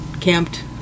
camped